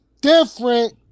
different